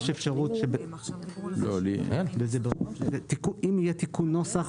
אם יהיה תיקון נוסח,